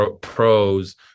pros